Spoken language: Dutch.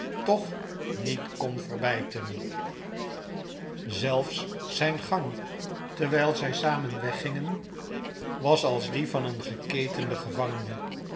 toch niet kon verbijten zelfs zijn gang terwijl zij samen weggingen was als die van een geketenden gevangene